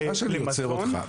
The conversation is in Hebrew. סליחה שאני עוצר אותך.